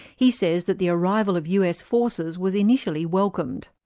he says that the arrival of us forces was initially welcomed.